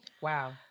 Wow